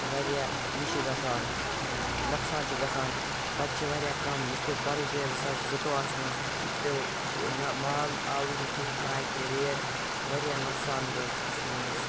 واریاہ یہِ چھُ گَژھان ٲں نۄقصان چھُ گَژھان پَتہٕ چھِ واریاہ کَم یِتھ پٲٹھۍ پَرُس گیاو زٕ ساس زٕتووُہَس منٛز پیٚو نَہ مال آوٕے نہٕ تیُتھ نَہ آیہِ کیٚنٛہہ ریٹ واریاہ نۄقصان گوٚو کٔشیٖرِ مَنٛز